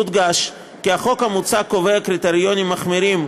יודגש כי החוק המוצע קובע קריטריונים מחמירים,